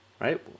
right